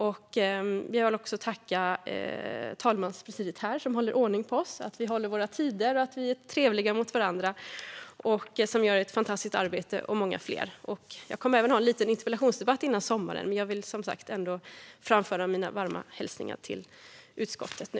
Jag vill också tacka talmanspresidiet, som håller ordning på oss och ser till att vi håller våra tider och är trevliga mot varandra. Ni gör ett fantastiskt arbete. Det är många fler jag vill tacka. Jag kommer att ha en liten interpellationsdebatt före sommaren, men jag vill som sagt ändå framföra mina varma hälsningar till utskottet nu.